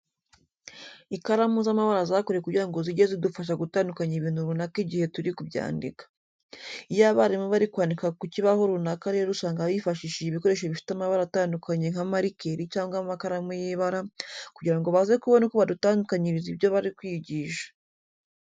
Ikaramu z'amabara zakorewe kugira ngo zijye zidufasha gutandukanya ibintu runaka igihe turi kubyandika. Iyo abarimu bari kwandika ku kibaho runaka rero usanga bifashishije ibikoresho bifite amabara atandukanye nka marikeri cyangwa amakaramu y'ibara, kugira ngo baze kubona uko badutandukanyiriza ibyo bashaka kwigisha.